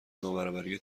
نابرابری